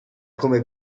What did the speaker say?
come